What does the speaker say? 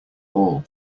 all